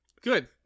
good